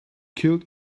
killed